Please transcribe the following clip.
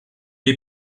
est